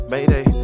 Mayday